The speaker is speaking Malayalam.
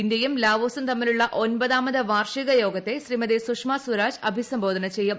ഇന്ത്യയും ലാവോസും തമ്മിലുള്ള ഒമ്പതാമത് വാർഷിക യ്യോഗിത്തെ ശ്രീമതി സുഷമ സ്വരാജ് അഭിസംബോധന ചെയ്യും